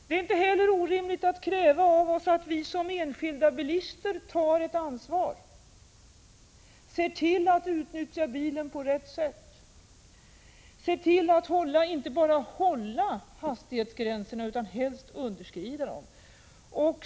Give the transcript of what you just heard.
Det är inte heller orimligt att kräva av oss att vi som enskilda bilister tar ett ansvar, ser till att utnyttja bilen på rätt sätt, ser till att inte bara hålla hastighetsgränserna utan helst också underskrida dem.